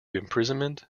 imprisonment